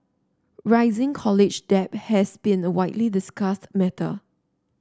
rising college debt has been a widely discussed matter